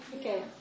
Okay